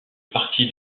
parti